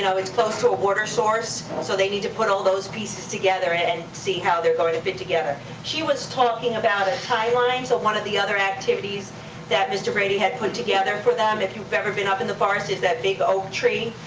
it's close to a water source, so they need to put all those pieces together and see how they're going to fit together. she was talking about a timeline, so one of the other activities that mr. brady had put together for them, if you've ever been up in the forest, is that big oak tree.